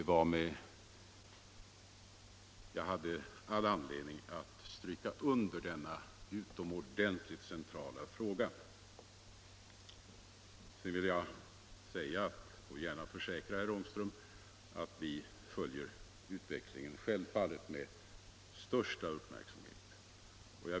Sedan vill jag gärna försäkra herr Ångström att vi självfallet följer utvecklingen med största uppmärksamhet.